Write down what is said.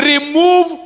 remove